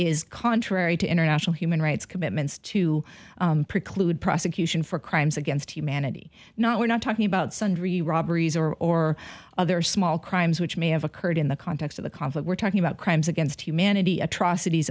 is contrary to international human rights commitments to preclude prosecution for crimes against humanity not we're not talking about sundry robberies or other small crimes which may have occurred in the context of the conflict we're talking about crimes against humanity atrocities